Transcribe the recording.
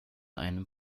einem